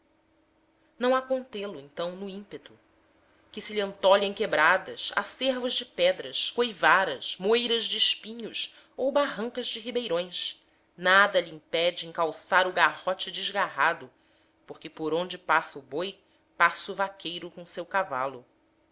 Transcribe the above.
há contê lo então no ímpeto que se lhe antolhem quebradas acervos de pedras coivaras moitas de espinhos ou barrancas de ribeirões nada lhe impede encalçar o garrote desgarrado porque por onde passa o boi passa o vaqueiro com o seu cavalo